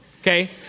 Okay